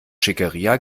schickeria